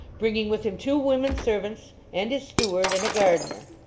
bringing with him two women servants, and his steward, and a gardener.